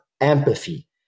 empathy